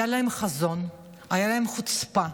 היה להם חזון, הייתה להם חוצפה.